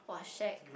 !wah! shag